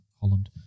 Holland